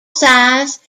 size